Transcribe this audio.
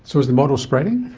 so is the model spreading?